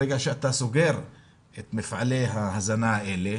ברגע שאתה סוגר את מפעלי ההזנה האלה,